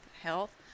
health